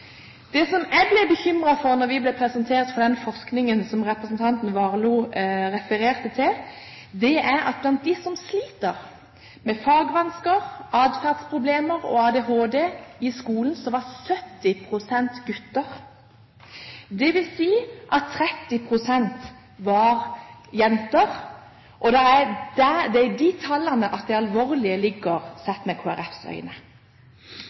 Det som jeg ble bekymret for da vi ble presentert for den forskningen som representanten Warloe refererte til, er at blant dem som sliter i skolen med fagvansker, adferdsproblemer og ADHD, er 70 pst. gutter. Det vil si at 30 pst. er jenter. Det er i de tallene at det alvorlige ligger, sett med Kristelig Folkepartis øyne.